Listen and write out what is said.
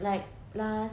like last